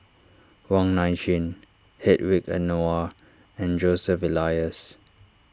Wong Nai Chin Hedwig Anuar and Joseph Elias